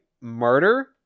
murder